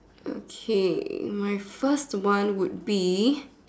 okay my first one would be